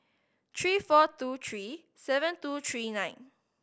three four two three seven two three nine